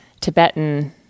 Tibetan